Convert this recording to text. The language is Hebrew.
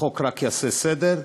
החוק רק יעשה סדר,